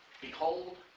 behold